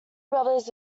brothers